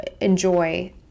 enjoy